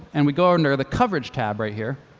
and we go under the coverage tab right here.